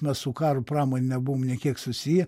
mes su karo pramone nebuvom nė kiek susiję